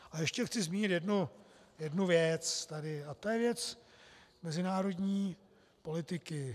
A ještě chci zmínit jednu věc tady a to je věc mezinárodní politiky.